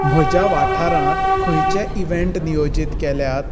म्हज्या वाठारांत खंयचे इव्हेंट नियोजीत केल्यात